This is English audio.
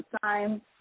time